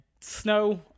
snow